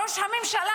ראש הממשלה,